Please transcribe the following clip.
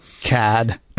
Cad